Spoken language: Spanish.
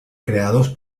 creados